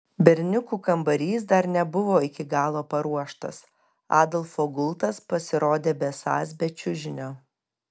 berniukų kambarys dar nebuvo iki galo paruoštas adolfo gultas pasirodė besąs be čiužinio